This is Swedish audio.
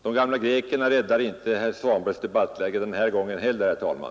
De gamla grekerna räddar dess värre inte herr Svanbergs debattläge den här gången heller, herr talman.